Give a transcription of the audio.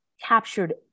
captured